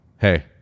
hey